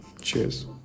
cheers